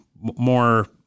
more